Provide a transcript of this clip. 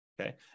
Okay